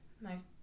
Nice